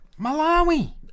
Malawi